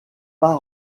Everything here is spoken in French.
pas